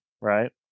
right